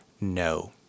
no